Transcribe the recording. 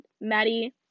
Maddie